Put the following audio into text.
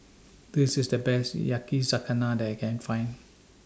This IS The Best Yakizakana that I Can Find